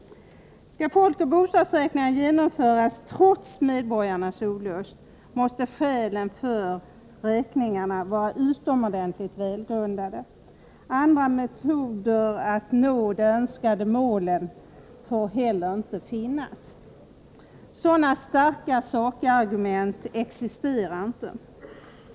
Skall folkoch bostadsräkningarna genomföras trots medborgarnas olust måste skälen för räkningarna vara utomordentligt välgrundade. Andra metoder att nå de önskade målen får inte heller finnas. Sådana starka sakargument existerar inte!